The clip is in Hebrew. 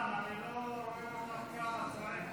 אני לא מבין למה רק עליו את צועקת.